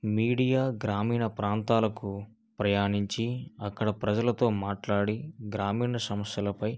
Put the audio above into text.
media గ్రామీణ ప్రాంతాలకు ప్రయాణించి అక్కడ ప్రజలతో మాట్లాడి గ్రామీణ సమస్యలపై